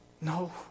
No